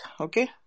Okay